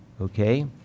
Okay